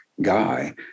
guy